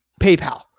PayPal